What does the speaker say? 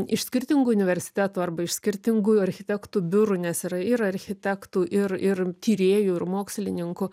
iš skirtingų universitetų arba iš skirtingų architektų biurų nes yra ir architektų ir ir tyrėjų ir mokslininkų